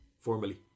formally